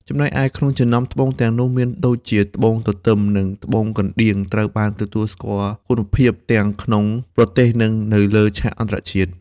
ចំណែកឯក្នុងចំណោមត្បូងទាំងនោះ មានដូចជាត្បូងទទឹម និងត្បូងកណ្តៀងត្រូវបានទទួលស្គាល់គុណភាពទាំងក្នុងប្រទេស និងលើឆាកអន្តរជាតិ។